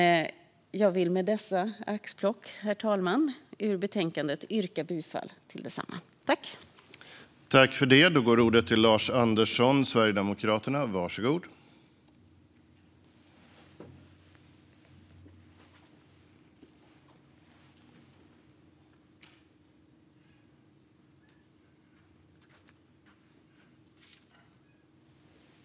Men jag vill med dessa axplock ur betänkandet yrka bifall till utskottets förslag.